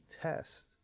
test